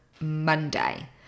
Monday